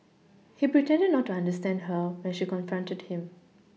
he pretended not to understand her when she confronted him